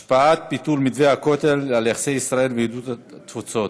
השפעת ביטול מתווה הכותל על יחסי ישראל ויהדות התפוצות,